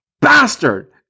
Bastard